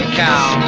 cow